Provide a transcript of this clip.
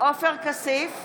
עופר כסיף,